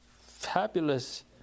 fabulous